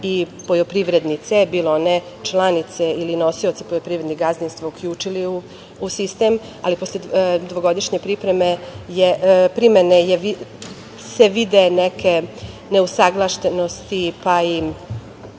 i poljoprivrednice, bile one članice ili nosioci poljoprivrednih gazdinstava, uključile u sistem, ali posle dvogodišnje primene se vide neke neusaglašenosti, pa i